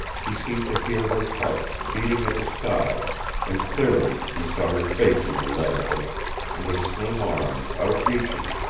he seemed to hear her heart beating at his side and clearly he saw her face in the light of it and her slim arms out-reaching,